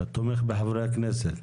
אתה תומך בחברי הכנסת.